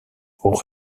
pour